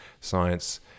science